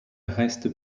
reste